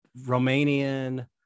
romanian